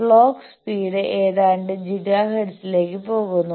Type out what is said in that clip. clock speed ഏതാണ്ട് ജിഗാഹെർട്സിലേക്ക് പോകുന്നു